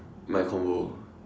my convo